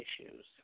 issues